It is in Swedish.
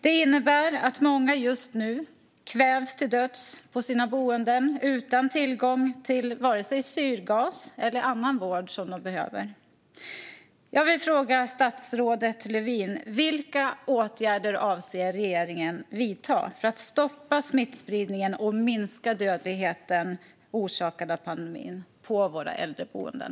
Det innebär att många just nu kvävs till döds på sina boenden, utan tillgång till vare sig syrgas eller annan vård de behöver. Jag vill fråga statsrådet Lövin: Vilka åtgärder avser regeringen att vidta för att stoppa smittspridningen och minska dödligheten orsakad av pandemin på våra äldreboenden?